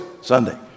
Sunday